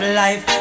life